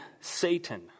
Satan